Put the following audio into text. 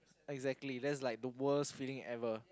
exactly that's like the worst feeling ever